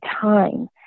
time